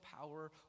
power